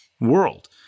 world